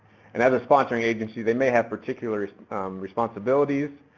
and as a sponsoring agency, they may have particular responsibilities,